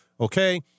okay